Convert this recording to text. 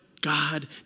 God